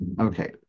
Okay